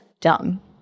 dumb